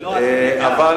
לא,